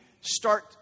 start